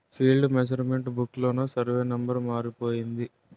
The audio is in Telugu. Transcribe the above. ఫీల్డ్ మెసరమెంట్ బుక్ లోన సరివే నెంబరు మారిపోయింది